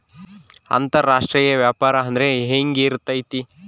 ಅಂತರಾಷ್ಟ್ರೇಯ ವ್ಯಾಪಾರ ಅಂದ್ರೆ ಹೆಂಗಿರ್ತೈತಿ?